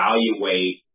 evaluate